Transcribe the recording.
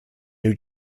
new